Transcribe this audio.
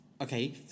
Okay